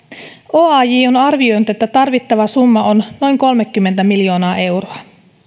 oaj on arvioinut että tarvittava summa on noin kolmekymmentä miljoonaa euroa